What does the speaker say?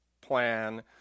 plan